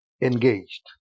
engaged